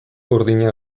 urdina